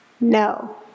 No